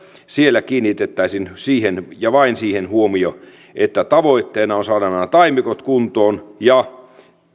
siellä kiinnitettäisiin siihen ja vain siihen huomio että tavoitteena on saada nämä taimikot kuntoon ja